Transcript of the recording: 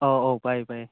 ꯑꯧ ꯑꯧ ꯄꯥꯏꯌꯦ ꯄꯥꯏꯌꯦ